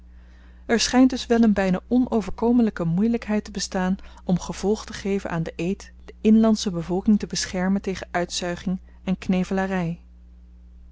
er schynt dus wel een byna onoverkomelyke moeielykheid te bestaan om gevolg te geven aan den eed de inlandsche bevolking te beschermen tegen uitzuiging en